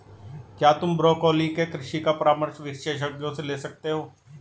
क्या तुम ब्रोकोली के कृषि का परामर्श विशेषज्ञों से ले सकते हो?